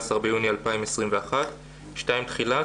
16 ביוני 2021. סעיף 2. תחילה.